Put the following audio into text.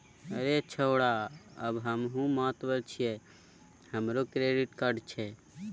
रे छौड़ा आब हमहुँ मातबर छियै हमरो क्रेडिट कार्ड छै